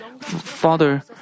Father